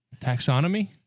Taxonomy